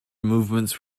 movements